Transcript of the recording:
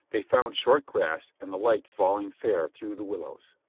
they found short grass and the light falling fair through the willows.